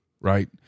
right